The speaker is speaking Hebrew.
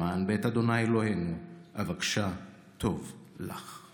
למען בית ה' אלהינו אבקשה טוב לך."